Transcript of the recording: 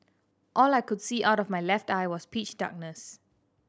all I could see out of my left eye was pitch darkness